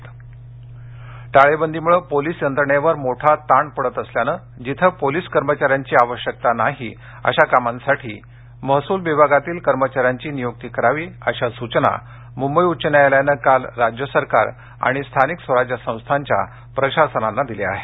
आदेश टाळेबंदीमुळे पोलीस यंत्रणेवर मोठा ताण पडत असल्यानं जिथे पोलिस कर्मचाऱ्यांची आवश्यकता नाही अशा कामांसाठी महसूल विभागातील कर्मचाऱ्यांची नियुक्ती करावी अशा सुचना मुंबई उच्च न्यायालयानं काल राज्य सरकार आणि स्थानिक स्वराज्य संस्थांच्या प्रशासनांना दिल्या आहेत